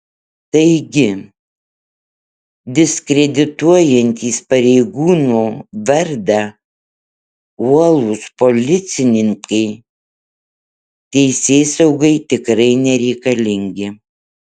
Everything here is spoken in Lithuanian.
taigi diskredituojantys pareigūno vardą uolūs policininkai teisėsaugai tikrai nereikalingi